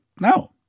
No